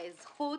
זכות.